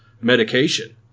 medication